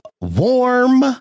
warm